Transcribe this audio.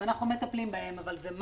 ואנחנו מטפלים בהם, אבל מה